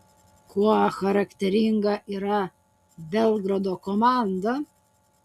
kuo charakteringa yra belgrado komanda